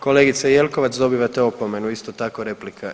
Kolegice Jelkovac, dobivate opomenu, isto tako, replika.